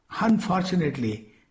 Unfortunately